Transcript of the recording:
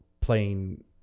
playing